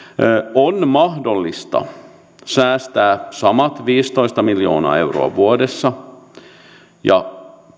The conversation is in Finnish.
on mahdollista säästää samat viisitoista miljoonaa euroa vuodessa ja